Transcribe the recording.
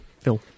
Phil